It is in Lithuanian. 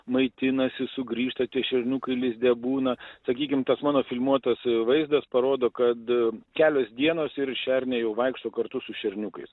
maitinasi sugrįžta tie šerniukai lizde būna sakykim tas mano filmuotas vaizdas parodo kad kelios dienos ir šernė jau vaikšto kartu su šerniukais